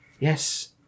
Yes